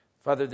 Father